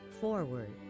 Forward